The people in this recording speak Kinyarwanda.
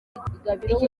iki